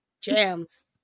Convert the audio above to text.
jams